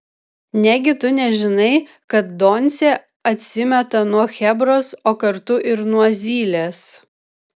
negi tu nežinai kad doncė atsimeta nuo chebros o kartu ir nuo zylės